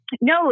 No